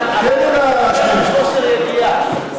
אבל אתה מדבר מחוסר ידיעה.